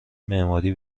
معماری